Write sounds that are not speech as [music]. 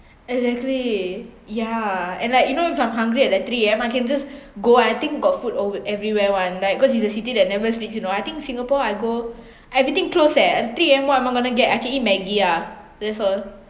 [breath] exactly yeah and like you know if I'm hungry at like three A_M I can just go and I think got food ov~ everywhere [one] like cause it's the city that never sleeps you know I think Singapore I go [breath] everything closed eh at three A_M what am I gonna get I can eat maggie ah that’s all